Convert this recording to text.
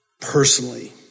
personally